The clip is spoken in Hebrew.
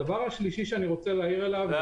הדבר השלישי שאני רוצה להעיר עליו הוא